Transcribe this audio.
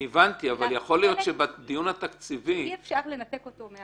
אני הבנתי אבל יכול להיות שבדיון התקציבי --- אי אפשר לנתק אותו.